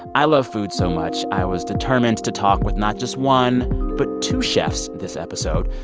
i love food so much, i was determined to talk with not just one but two chefs this episode.